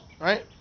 Right